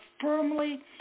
firmly